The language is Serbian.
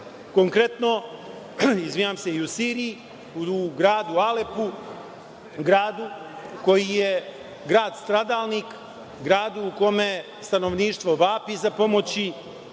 konkretno u Siriji, u gradu Alepu, gradu koji je grad stradalnik, gradu u kome stanovništvo vapi za pomoći.